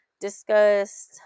discussed